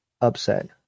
upset